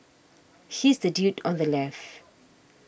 he's the dude on the left